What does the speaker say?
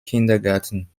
kindergarten